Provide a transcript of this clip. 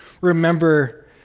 remember